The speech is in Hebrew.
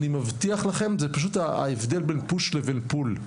אני מבטיח לכם זה פשוט ההבדל בין פוש לבין פול,